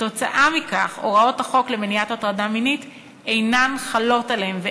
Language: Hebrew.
כתוצאה מכך הוראות החוק למניעת הטרדה מינית אינן חלות עליהם,